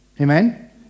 Amen